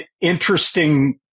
interesting